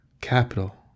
Capital